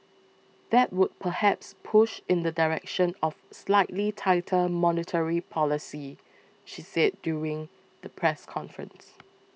that would perhaps push in the direction of slightly tighter monetary policy she said during the press conference